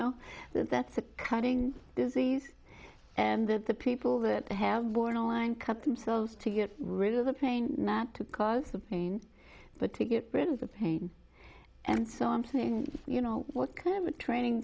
know that that's a cutting disease and that the people that have borderline cut themselves to get rid of the pain mat to cause the pain but to get rid of the pain and something you know what kind of a training